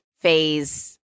phase